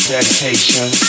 Dedication